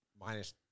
minus